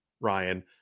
Ryan